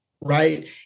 right